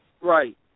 right